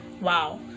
Wow